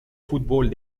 fútbol